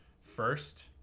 first